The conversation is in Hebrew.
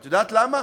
את יודעת למה?